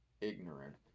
ignorant